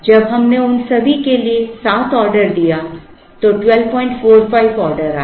जब हमने उन सभी के लिए साथ आर्डर दिया तो 1245 ऑर्डर आए